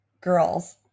girls